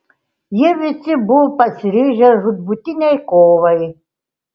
visi jie buvo pasiryžę žūtbūtinei kovai